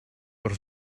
wrth